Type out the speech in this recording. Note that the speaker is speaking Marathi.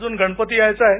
अजून गणपती यायचा आहे